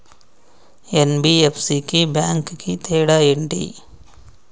NBFC కి bank కి తేడా ఏంటి?